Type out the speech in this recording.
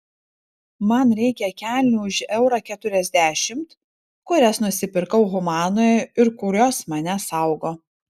man reikia kelnių už eurą keturiasdešimt kurias nusipirkau humanoje ir kurios mane saugo